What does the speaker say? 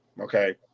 Okay